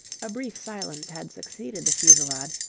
a brief silence had succeeded the fusillade,